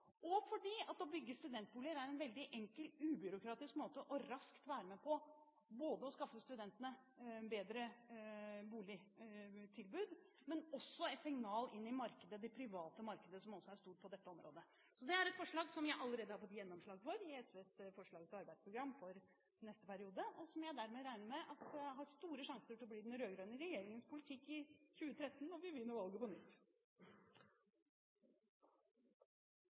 dels fordi det å bygge studentboliger er en veldig enkel og ubyråkratisk måte for raskt å være med på både å skaffe studentene bedre boligtilbud og å sende et signal inn i det private markedet, som også er stort på dette området. Så det er et forslag som jeg allerede har fått gjennomslag for i SVs forslag til arbeidsprogram for neste periode, og som jeg dermed regner med at har store sjanser for å bli den rød-grønne regjeringens politikk i 2013, når vi vinner valget på nytt.